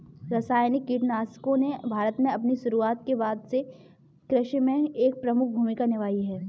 रासायनिक कीटनाशकों ने भारत में अपनी शुरूआत के बाद से कृषि में एक प्रमुख भूमिका निभाई है